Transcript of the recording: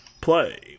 play